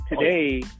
today